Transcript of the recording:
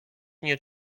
nie